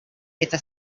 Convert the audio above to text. eta